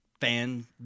fan